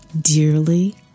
Dearly